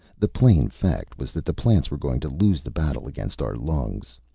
the plain fact was that the plants were going to lose the battle against our lungs.